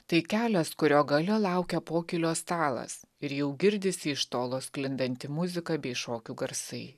tai kelias kurio gale laukia pokylio stalas ir jau girdisi iš tolo sklindanti muzika bei šokių garsai